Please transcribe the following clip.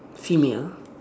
female